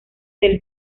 del